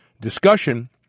discussion